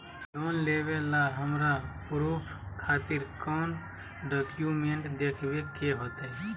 Loan लेबे ला हमरा प्रूफ खातिर कौन डॉक्यूमेंट देखबे के होतई?